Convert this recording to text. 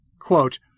Quote